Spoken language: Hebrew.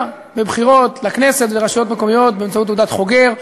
בבחירות לכנסת ולרשויות מקומיות באמצעות תעודת חוגר.